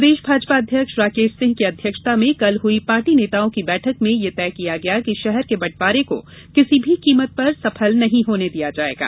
प्रदेश भाजपा अध्यक्ष राकेश सिंह की अध्यक्षता में कल हुई पार्टी नेताओं की बैठक में यह तय किया गया कि शहर के बंटवारे को किसी भी कीमत पर सफल नहीं होने दिया जाएगा